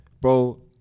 bro